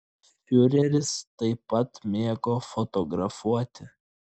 fiureris taip pat mėgo fotografuoti